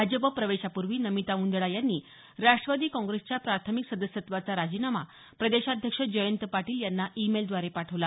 भाजप प्रवेशापूर्वी नमिता मुंदडा यांनी राष्ट्रवादी काँग्रेसच्या प्राथमिक सदस्यत्वाचा राजीनामा प्रदेशाध्यक्ष जयंत पाटील यांना ईमेलद्वारे पाठवला